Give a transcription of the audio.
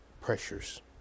pressures